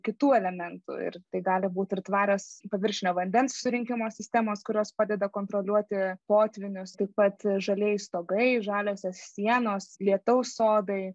kitų elementų ir tai gali būt ir tvarios paviršinio vandens surinkimo sistemos kurios padeda kontroliuoti potvynius taip pat žalieji stogai žaliosios sienos lietaus sodai